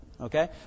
Okay